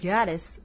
Goddess